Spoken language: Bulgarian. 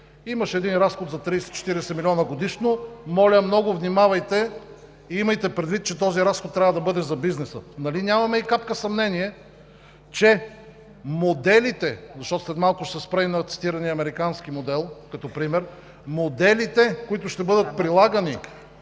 имаш един разход за 30 – 40 млн. лв. годишно, моля много внимавайте и имайте предвид, че този разход трябва да бъде за бизнеса. Нали нямаме и капка съмнение, че моделите, защото след малко ще се спра и на цитирания американски модел като пример, моделите, които ще бъдат прилагани